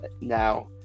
now